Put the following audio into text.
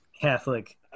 Catholic